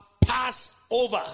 Passover